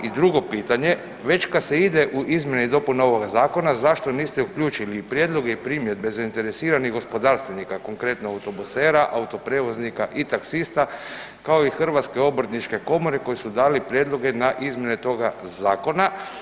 I drugo pitanje, već kad se ide u izmjene i dopune ovoga zakona zašto niste uključili i prijedloge i primjedbe zainteresiranih gospodarstvenika konkretno autobusera, auto prijevoznika i taksista kao i Hrvatske obrtničke komore koji su dali prijedloge na izmjene toga zakona.